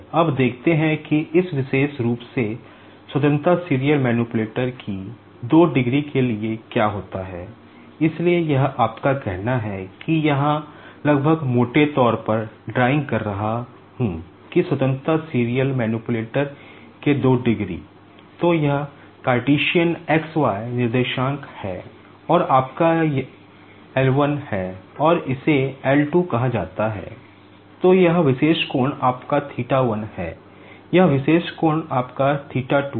अब देखते हैं कि इस विशेष रूप से स्वतंत्रता सीरियल मैनिपुलेटर आपका थीटा २ है